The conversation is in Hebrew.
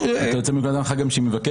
אתה יוצא מנקודת הנחה גם שהיא מבקשת.